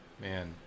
Man